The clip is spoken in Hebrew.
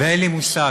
ואין לי מושג.